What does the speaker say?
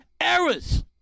errors